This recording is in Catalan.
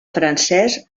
francès